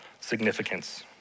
significance